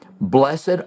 blessed